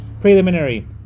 PRELIMINARY